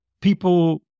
people